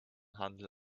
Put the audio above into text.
handel